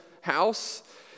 house